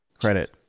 credit